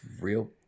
real